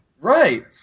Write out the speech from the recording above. Right